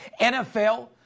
NFL